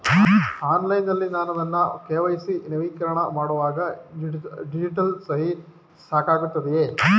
Online ನಲ್ಲಿ ನಾನು ನನ್ನ ಕೆ.ವೈ.ಸಿ ನವೀಕರಣ ಮಾಡುವಾಗ ಡಿಜಿಟಲ್ ಸಹಿ ಸಾಕಾಗುತ್ತದೆಯೇ?